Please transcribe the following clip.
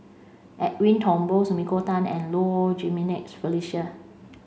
Edwin Thumboo Sumiko Tan and Low Jimenez Felicia